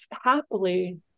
happily